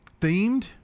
Themed